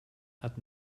hat